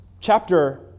chapter